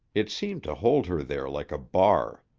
it seemed to hold her there like a bar.